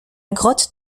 grotte